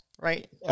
Right